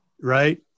Right